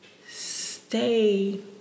stay